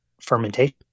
fermentation